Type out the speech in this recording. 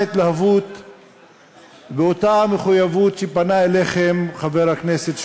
התלהבות ובאותה מחויבות שבהן פנה אליכם חבר הכנסת שמולי: